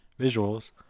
visuals